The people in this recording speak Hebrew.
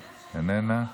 איננה.